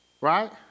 right